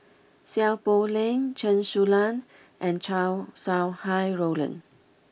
Seow Poh Leng Chen Su Lan and Chow Sau Hai Roland